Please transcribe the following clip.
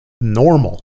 normal